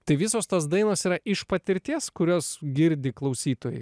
tai visos tos dainos yra iš patirties kurias girdi klausytojai